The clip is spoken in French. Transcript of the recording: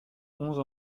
onze